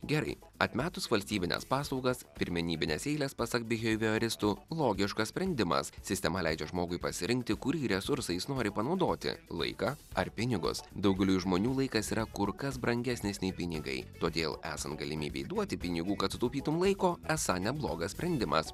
gerai atmetus valstybines paslaugas pirmenybinės eilės pasak biheivioristų logiškas sprendimas sistema leidžia žmogui pasirinkti kurį resursą jis nori panaudoti laiką ar pinigus daugeliui žmonių laikas yra kur kas brangesnis nei pinigai todėl esant galimybei duoti pinigų kad sutaupytum laiko esą neblogas sprendimas